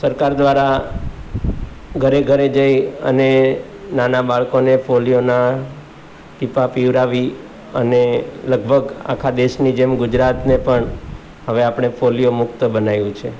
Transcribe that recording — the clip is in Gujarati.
સરકાર દ્વારા ઘરે ઘરે જઈ અને નાના બાળકોને પોલિયોના ટીપા પીવડાવી અને લગભગ આખા દેશની જેમ ગુજરાતને પણ હવે આપણે પોલિયોમુક્ત બનાવ્યું છે